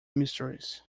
mysteries